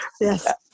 Yes